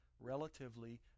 relatively